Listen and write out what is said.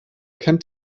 kennt